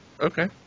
Okay